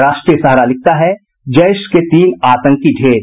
राष्ट्रीय सहारा लिखता है जैश के तीन आंतकी ढेर